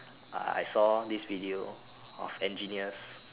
I saw this video of engineers